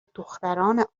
دختران